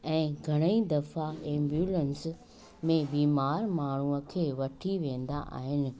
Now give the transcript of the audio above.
ऐं घणेई दफ़ा एम्बुलेंस में बीमार माण्हू खे वठीं वेंदा आहिनि